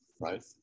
right